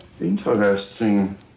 Interesting